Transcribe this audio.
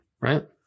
Right